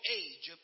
age